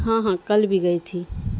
ہاں ہاں کل بھی گئی تھی